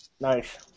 Nice